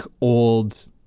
old